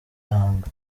imuranga